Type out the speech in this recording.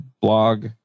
blog